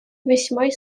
восьмой